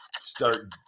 start